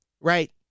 right